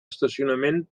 estacionament